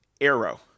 Arrow